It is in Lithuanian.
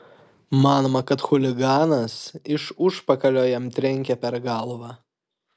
manoma kad chuliganas iš užpakalio jam trenkė per galvą